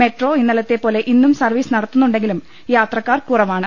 metro ഇന്നലത്തെപോലെ ഇന്നും service നടത്തുന്നുണ്ടെങ്കിലും യാത്രക്കാർ കുറവാണ്